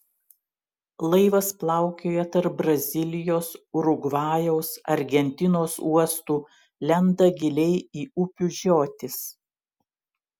laivas plaukioja tarp brazilijos urugvajaus argentinos uostų lenda giliai į upių žiotis